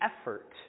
effort